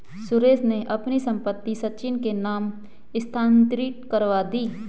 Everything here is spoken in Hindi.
सुरेश ने अपनी संपत्ति सचिन के नाम स्थानांतरित करवा दी